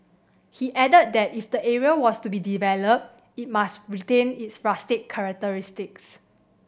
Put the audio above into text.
he added that if the area was to be developed it must retain its rustic characteristics